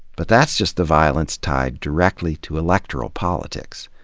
but that's just the violence tied directly to electoral politics.